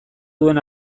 duen